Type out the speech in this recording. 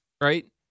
right